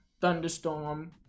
thunderstorm